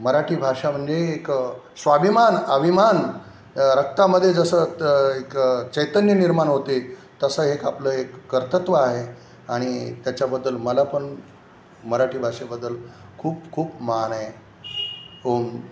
मराठी भाषा म्हणजे एक स्वाभिमान अभिमान रक्तामध्ये जसं एक चैतन्य निर्माण होते तसं एक आपलं एक कर्तृत्व आहे आणि त्याच्याबद्दल मलापण मराठी भाषेबद्दल खूप खूप मान आहे खूप